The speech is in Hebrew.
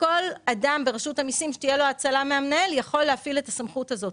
כל אדם ברשות המיסים שתהיה לו האצלה מהמנהל יכול להפעיל את הסמכות הזאת.